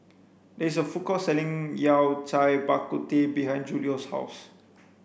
there is a food court selling Yao Cai Bak Kut Teh behind Julio's house